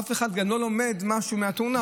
ואף אחד גם לא לומד משהו מהתאונה.